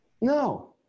no